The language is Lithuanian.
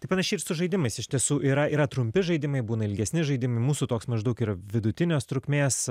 tai panašiai ir su žaidimais iš tiesų yra yra trumpi žaidimai būna ilgesni žaidimai mūsų toks maždaug yra vidutinės trukmės